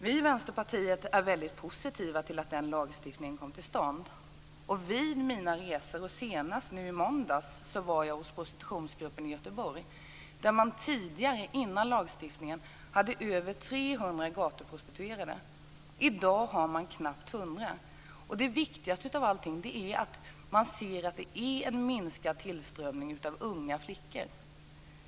Vi i Vänsterpartiet är väldigt positiva till att den här lagstiftningen kommit till stånd. Senast i måndags besökte jag Prostitutionsgruppen i Göteborg. Tidigare, före lagstiftningen, hade man över 300 gatuprostituerade. I dag har man knappt 100. Men viktigast av allt är att man ser att det är en minskad tillströmning av unga flickor.